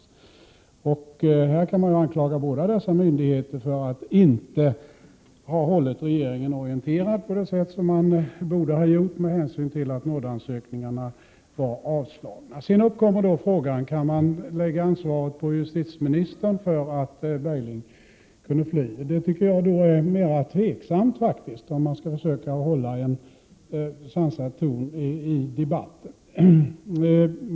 I detta fall kan man anklaga båda dessa myndigheter för att de inte har hållit regeringen orienterad på det sätt som de borde ha gjort med hänsyn till att nådeansökningarna hade avslagits. Sedan uppkommer frågan om man kan lägga ansvaret på justitieministern för att Bergling kunde fly. Det tycker jag faktiskt är mer tveksamt om man vill hålla en sansad ton i debatten.